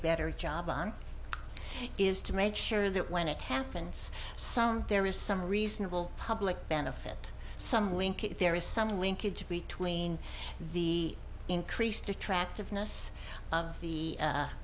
better job on is to make sure that when it happens so there is some reasonable public benefit some linkage there is some linkage between the increased attractiveness of the